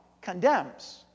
condemns